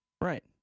Right